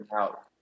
out